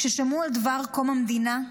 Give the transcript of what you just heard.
כששמעו על דבר קום המדינה,